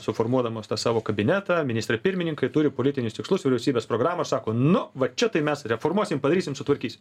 suformuodamos tą savo kabinetą ministrai pirmininkai turi politinius tikslus vyriausybės programą sako nu va čia tai mes reformuosim padarysim sutvarkysim